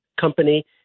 company